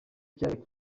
kiyaga